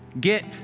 get